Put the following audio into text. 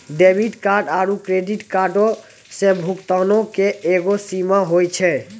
debit card आरू credit कार्डो से भुगतानो के एगो सीमा होय छै